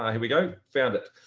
here we go found it.